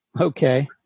Okay